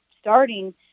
starting –